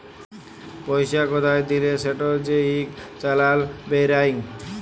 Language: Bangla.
পইসা কোথায় দিলে সেটর যে ইক চালাল বেইরায়